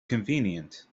convenient